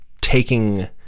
taking